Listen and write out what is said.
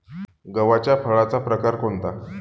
गव्हाच्या फळाचा प्रकार कोणता?